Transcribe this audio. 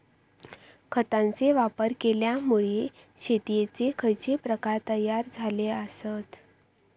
खतांचे वापर केल्यामुळे शेतीयेचे खैचे प्रकार तयार झाले आसत?